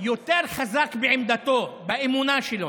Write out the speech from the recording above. יותר חזק בעמדתו, באמונה שלו.